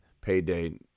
payday